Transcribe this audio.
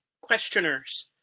questioners